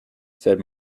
said